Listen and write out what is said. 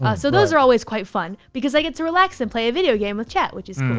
ah so those are always quite fun because i get to relax and play a video game with chat, which is